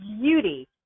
beauty